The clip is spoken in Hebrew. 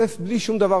בלי שום דבר אחר.